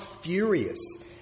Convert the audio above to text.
furious